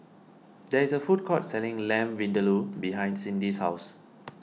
there is a food court selling Lamb Vindaloo behind Cindy's house